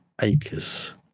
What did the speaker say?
acres